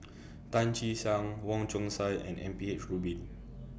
Tan Che Sang Wong Chong Sai and M P H Rubin